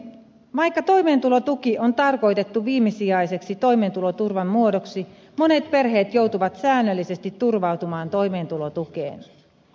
vaikka toimeentulotuki on tarkoitettu viimesijaiseksi toimeentuloturvan muodoksi monet perheet joutuvat säännöllisesti turvautumaan toimeentulotukeen